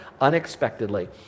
unexpectedly